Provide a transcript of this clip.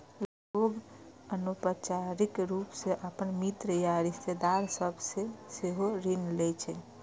लोग अनौपचारिक रूप सं अपन मित्र या रिश्तेदार सभ सं सेहो ऋण लै छै